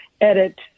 edit